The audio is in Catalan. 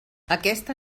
aquesta